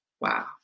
Wow